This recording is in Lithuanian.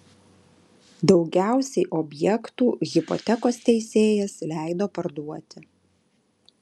daugiausiai objektų hipotekos teisėjas leido parduoti